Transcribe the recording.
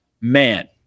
man